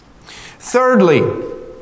Thirdly